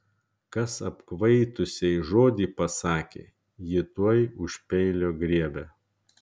kas apkvaitusiai žodį pasakė ji tuoj už peilio griebia